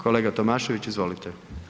Kolega Tomašević, izvolite.